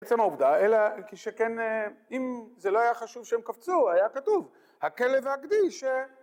בעצם העובדה, אלא כי שכן, אם זה לא היה חשוב שהם קפצו, היה כתוב הכלב והגדי ש